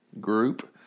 group